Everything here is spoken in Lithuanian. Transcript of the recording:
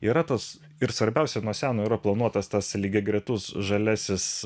yra tas ir svarbiausia nuo seno yra planuotas tas lygiagretus žaliasis